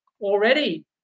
already